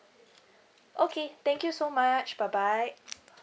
okay thank you so much bye bye